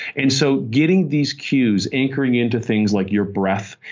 and so getting these cues, anchoring into things like your breath,